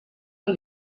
amb